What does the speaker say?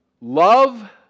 Love